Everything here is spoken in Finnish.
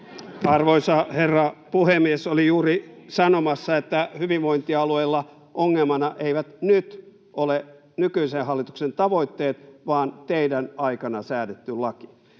Arvoisa herra puhemies! Olin juuri sanomassa, että hyvinvointialueilla ongelmana eivät nyt ole nykyisen hallituksen tavoitteet vaan teidän aikananne säädetty laki.